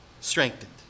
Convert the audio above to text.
strengthened